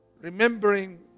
remembering